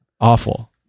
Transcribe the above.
Awful